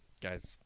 guy's